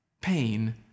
Pain